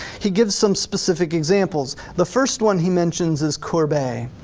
he gives some specific examples. the first one he mentions is courbet.